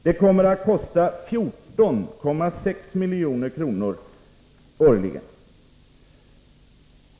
Det kommer att kosta 14,6 milj.kr. årligen.